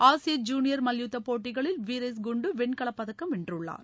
ஆசிய ஜூனியா மல்யுத்தப் போட்டிகளில் வீரேஸ்குன்டு வெண்கல பதக்கம் வென்றுள்ளாா்